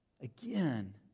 again